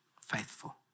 faithful